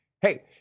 hey